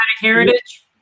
heritage